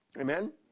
Amen